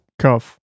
cuff